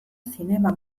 zinema